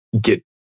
get